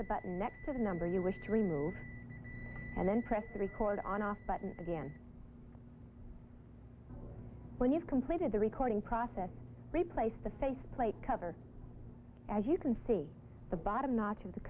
the button next to the number you wish to remove and then press record on a button again when you've completed the recording process replace the faceplate cover as you can see the bottom notch